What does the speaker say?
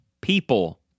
people